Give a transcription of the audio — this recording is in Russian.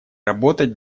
работать